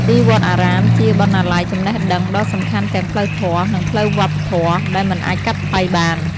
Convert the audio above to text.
ទីវត្តអារាមជា បណ្ណាល័យចំណេះដឹង ដ៏សំខាន់ទាំងផ្លូវធម៌ និងផ្លូវវប្បធម៌ ដែលមិនអាចកាត់ថ្លៃបាន។